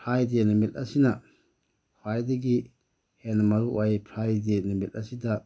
Friday ꯅꯨꯃꯤꯠ ꯑꯁꯤꯅ ꯈ꯭ꯋꯥꯏꯗꯒꯤ ꯍꯦꯟꯅ ꯃꯔꯨ ꯑꯣꯏ ꯐ꯭ꯔꯥꯏꯗꯦ ꯅꯨꯃꯤꯠ ꯑꯁꯤꯗ